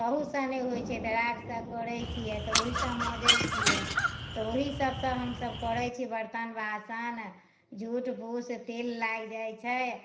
तहुँसँ नहि होइत छै तऽ राखसँ करैत छियै तऽ ओहिसँ मजैत छियै तऽ ओहि सभसँ हमसभ करैत छियै बर्तन बासन झूठ फूस तेल लागी जाइत छै